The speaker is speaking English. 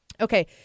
Okay